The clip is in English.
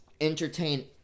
entertain